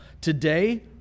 Today